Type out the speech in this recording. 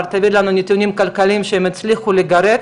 תביא לנו נתונים כלכליים שהם הצליחו לגרד